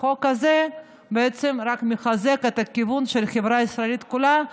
החוק הזה בעצם רק מחזק את הכיוון של החברה הישראלית כולה,